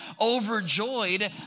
overjoyed